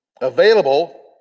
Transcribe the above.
available